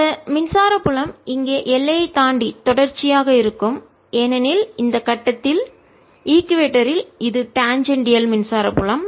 இந்த மின்சார புலம் இங்கே எல்லையைத் தாண்டி தொடர்ச்சியாக இருக்கும் ஏனெனில் இந்த கட்டத்தில் இக்குவேடார் இல் பூமத்திய ரேகையில் இது டாஞ்சேண்டியால் தொடு மின்சார புலம்